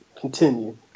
Continue